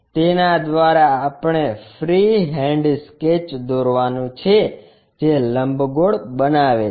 તેના દ્વારા આપણે ફ્રીહેન્ડ સ્કેચ દોરવાનું છે જે લંબગોળ બનાવે છે